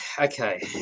Okay